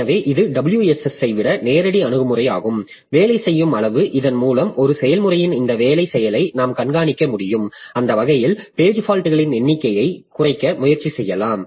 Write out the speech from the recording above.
எனவே இது WSS ஐ விட நேரடி அணுகுமுறையாகும் வேலை செய்யும் அளவு இதன் மூலம் ஒரு செயல்முறையின் இந்த வேலை செயலை நாம் கண்காணிக்க முடியும் அந்த வகையில் பேஜ் ஃபால்ட்களின் எண்ணிக்கையை குறைக்க முயற்சி செய்யலாம்